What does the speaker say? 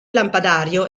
lampadario